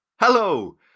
Hello